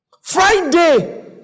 Friday